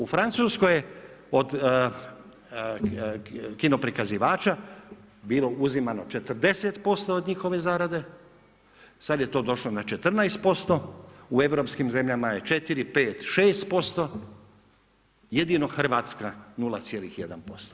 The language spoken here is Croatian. U Francuskoj od kinoprikazivača bilo uzimano 40% od njihove zarade, sada je to došlo na 14% u europskim zemljama je 4, 5, 6%, jedino Hrvatska 0,1%